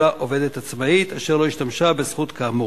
אלא עובדת עצמאית אשר לא השתמשה בזכות כאמור.